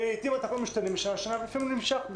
לעתים התקנון משתנה משנה לשנה ולפעמים הוא ממשיך.